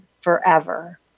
forever